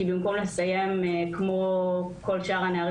כי במקום לסיים כמו כל שאר הנערים